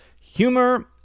Humor